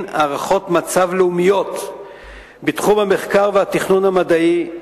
הערכות מצב לאומיות בתחום המחקר והתכנון המדעי.